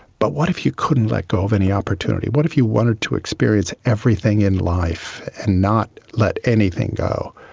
but what if you couldn't let go of any opportunity? what if you wanted to experience everything in life and not let anything go?